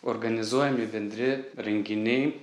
organizuojami bendri renginiai